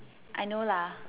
I know lah